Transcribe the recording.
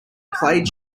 plaid